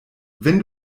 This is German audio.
wenn